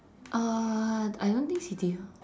uh I don't think City Hall